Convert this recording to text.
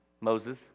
Moses